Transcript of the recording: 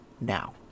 now